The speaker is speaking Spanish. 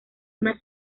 una